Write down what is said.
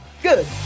Good